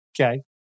Okay